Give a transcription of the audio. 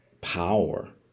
power